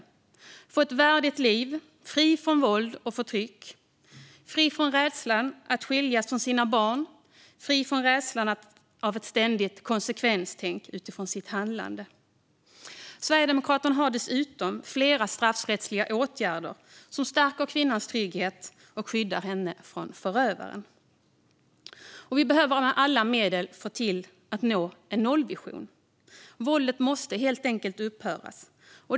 Man ska få ett värdigt liv fritt från våld och förtryck, fritt från rädsla för att skiljas från sina barn, fritt från rädsla och ett ständigt konsekvenstänk utifrån sina handlingar. Sverigedemokraterna har flera förslag på straffrättsliga åtgärder som stärker kvinnans trygghet och skyddar henne från förövaren. Vi behöver med alla medel se till att nå nollvisionen. Våldet måste helt enkelt upphöra.